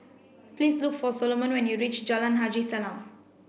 please look for Soloman when you reach Jalan Haji Salam